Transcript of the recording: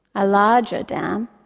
a larger dam,